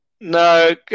no